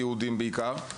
היהודיים בעיקר,